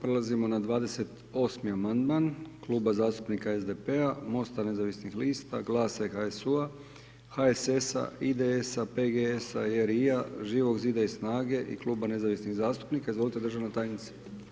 Prelazimo na 28. amandman, Kluba zastupnika SDP-a, MOST-a nezavisnih lista, GLAS-a i HSU-a, HSS-a, IDS-a, PGS-a, RI-a, Živog zida i SNAGA-e i Kluba nezavisnih zastupnika, izvolite državna tajnice.